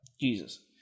Jesus